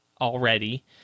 already